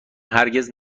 هرگز